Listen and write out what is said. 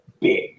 big